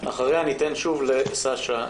אחריה ניתן שוב לסשה,